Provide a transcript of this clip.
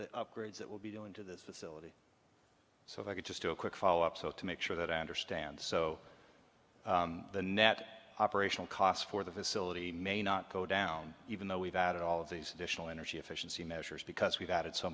the upgrades that will be going to this facility so if i could just do a quick follow up so to make sure that i understand so the net operational costs for the facility may not go down even though we've added all of these additional energy efficiency measures because we've